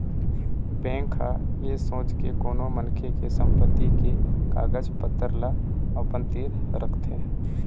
bank ह ऐ सोच के कोनो मनखे के संपत्ति के कागज पतर ल अपन तीर रखथे